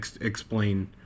explain